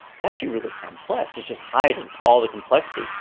it's actually really complex, it's just hiding all the complexity.